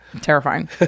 Terrifying